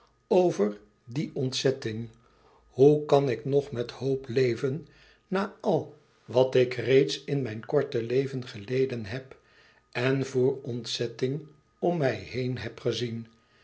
over die ontzetting hoe kan ik nog met hoop leven na al wat ik reeds in mijn korte leven geleden heb en voor ontzetting om mij heen heb gezien